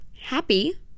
happy